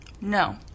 No